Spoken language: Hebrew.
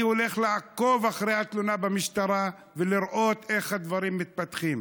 אני הולך לעקוב אחרי התלונה במשטרה ולראות איך הדברים מתפתחים.